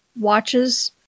watches